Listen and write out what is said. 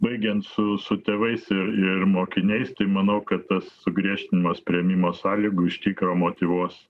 baigiant su su tėvais ir ir mokiniais tai manau kad tas sugriežtinimas priėmimo sąlygų iš tikro motyvuos